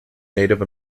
native